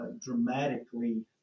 dramatically